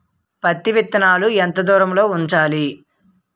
పత్తి విత్తనాలు ఎంత దూరంలో ఉంచాలి?